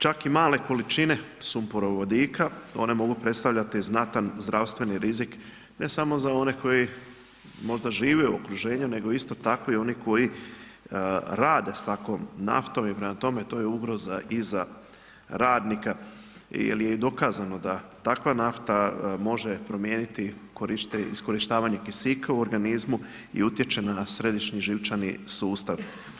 Čak i male količine sumporovodika, one mogu predstavljati znatan zdravstveni rizik, ne samo za one koji možda žive u okruženju, nego isto tako i oni koji rade s takvom naftom i prema tome, to je ugroza i za radnika jel je dokazano da takva nafta može promijeniti iskorištavanje kisika u organizmu i utječe na središnji živčani sustav.